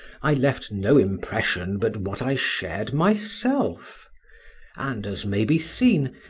i left no impression but what i shared myself and, as may be seen,